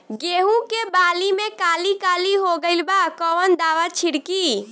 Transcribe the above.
गेहूं के बाली में काली काली हो गइल बा कवन दावा छिड़कि?